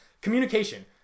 Communication